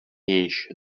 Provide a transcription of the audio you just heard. jež